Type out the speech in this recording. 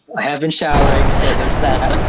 have been showering, so there's that!